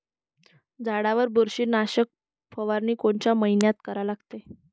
झाडावर बुरशीनाशक फवारनी कोनच्या मइन्यात करा लागते?